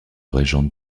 régente